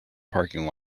parking